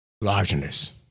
largeness